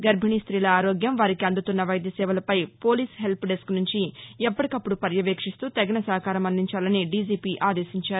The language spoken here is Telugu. గర్బిణీ స్తీల ఆరోగ్యం వారికి అందుతున్న వైద్య సేవలపై పోలీస్ హెల్ప్డెస్క్ నుంచి ఎప్పటికప్పుడు పర్యవేక్షిస్తూ తగిన సహకారం అందించాలని డీజీపీ ఆదేశించారు